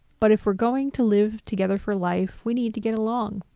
but if we're going to live together for life, we need to get along.